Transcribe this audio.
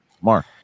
Mark